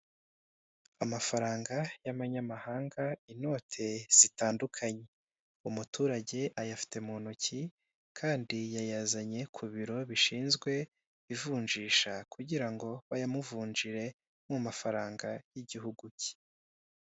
Amafaranga y'abanyamahanga inote zitandukanye, umuturage ayafite mu ntoki kandi yayazanye ku biro bishinzwe ivunjisha kugira ngo bayamuvunjire mu mafaranga y'igihugu ke.